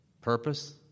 purpose